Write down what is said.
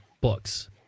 books